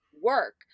work